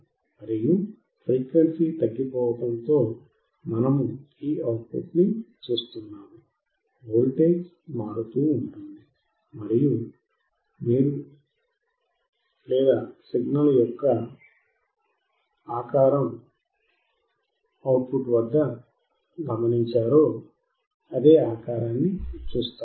మరియు ఫ్రీక్వెన్సీ తగ్గిపోవడంతో మనము ఈ అవుట్ పుట్ ని చూస్తున్నాము వోల్టేజ్ మారుతూ ఉంటుంది మరియు మీరు లేదా సిగ్నల్ యొక్క రకమైన ఏ రకమైన ఆకారం అవుట్ పుట్ వద్ద గమనించారో అదే ఆకారాన్ని చూస్తారు